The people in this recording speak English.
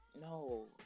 No